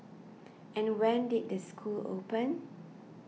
and when did the school open